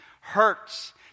hurts